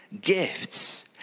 gifts